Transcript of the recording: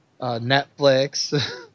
Netflix